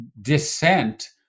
dissent